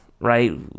right